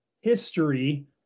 history